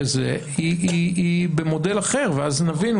היא במודל אחר ואז נבין,